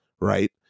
Right